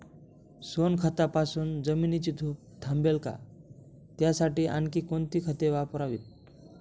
सोनखतापासून जमिनीची धूप थांबेल का? त्यासाठी आणखी कोणती खते वापरावीत?